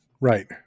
Right